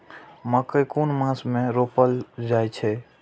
मकेय कुन मास में रोपल जाय छै?